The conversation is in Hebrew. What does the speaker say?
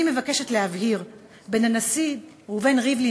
אני מבקשת להבהיר: בין הנשיא ראובן ריבלין